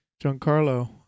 Giancarlo